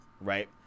right